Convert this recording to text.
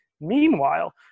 Meanwhile